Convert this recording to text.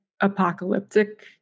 apocalyptic